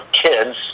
kids